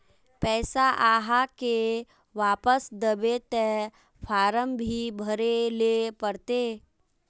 पैसा आहाँ के वापस दबे ते फारम भी भरें ले पड़ते?